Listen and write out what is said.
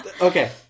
Okay